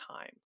time